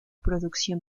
producción